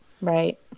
right